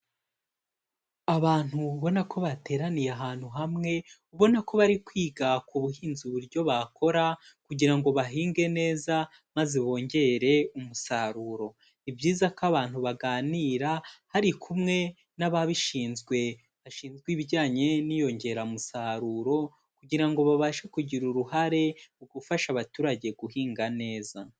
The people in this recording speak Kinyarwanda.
Abantu ubona ko bateraniye ahantu hamwe, ubona ko bari kwiga ku buhinzi uburyo bakora kugira ngo bahinge neza, maze bongere umusaruro. Ni ibyiza ko abantu baganira bari kumwe n'ababishinzwe, bashinzwe ibijyanye n'inyongeramusaruro kugira ngo babashe kugira uruhare mu gufasha abaturage guhinga neza.